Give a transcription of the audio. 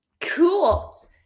Cool